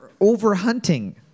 overhunting